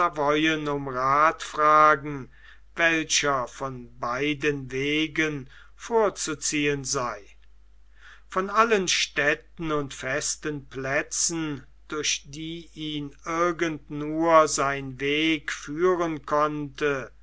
um rath fragen welcher von beiden wegen vorzuziehen sei von allen städten und festen plätzen durch die ihn irgend nur sein weg führen konnte